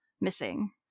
missing